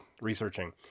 researching